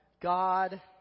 God